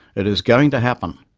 it is going to happen,